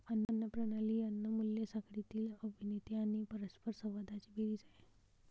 अन्न प्रणाली ही अन्न मूल्य साखळीतील अभिनेते आणि परस्परसंवादांची बेरीज आहे